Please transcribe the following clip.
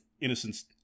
Innocence